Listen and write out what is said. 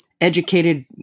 educated